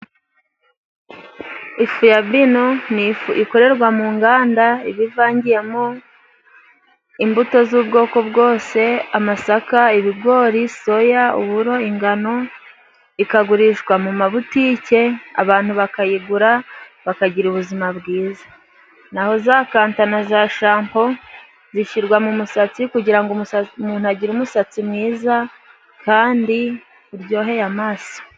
Ifu ya bino ni ifu ikorerwa mu nganda, iba ivangiyemo imbuto z'ubwoko bwose, amasaka, ibigori, soya, uburo, ingano, ikagurishwa mu mabutike. Abantu bakayigura, bakagira ubuzima bwiza. Naho za kanta na za shampo zishirwa mu musatsi, kugira ngo umuntu agire umusatsi mwiza kandi uryoheye amaso.